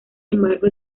embargo